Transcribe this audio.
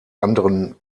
anderen